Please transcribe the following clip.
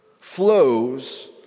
flows